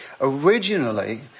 Originally